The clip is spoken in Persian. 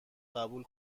قبول